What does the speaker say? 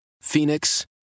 Phoenix